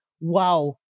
wow